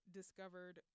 discovered